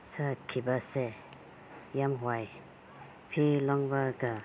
ꯁꯠꯈꯤꯕꯁꯦ ꯌꯥꯝ ꯋꯥꯏ ꯐꯤ ꯂꯪꯕꯒ